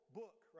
book